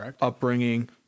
upbringing